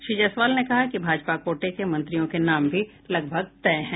श्री जायसवाल ने कहा कि भाजपा कोटे के मंत्रियों के नाम भी लगभग तय है